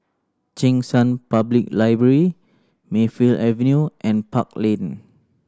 Cheng San Public Library Mayfield Avenue and Park Lane